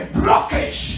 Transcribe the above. blockage